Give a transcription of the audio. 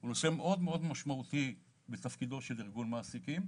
הוא נושא מאוד-מאוד משמעותי בתפקידו של ארגון מעסיקים.